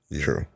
True